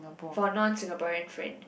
for non Singaporean friend